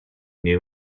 new